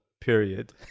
period